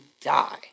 die